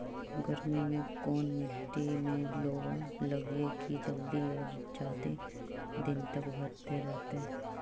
गर्मी में कोन मट्टी में लोबा लगियै कि जल्दी और जादे दिन तक भरतै रहतै?